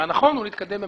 שהנכון הוא להתקדם במקביל.